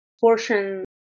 portion